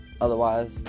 Otherwise